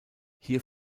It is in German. hier